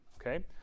okay